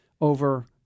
over